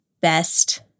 best